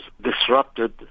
disrupted